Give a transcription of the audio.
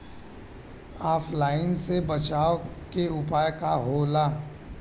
ऑफलाइनसे बचाव के उपाय का होला?